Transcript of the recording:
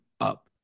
up